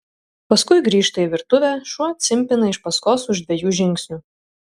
paskui grįžta į virtuvę šuo cimpina iš paskos už dviejų žingsnių